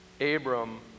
Abram